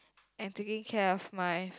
and taking care of my